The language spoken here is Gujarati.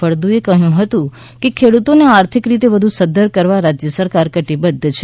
ફળદુએ કહ્યું હતું કે ખેડતોને આર્થિક રીતે વધુ સધ્ધર કરવા રાજ્ય સરકાર કટિબદ્ધ છે